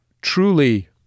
truly